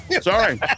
Sorry